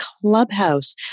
clubhouse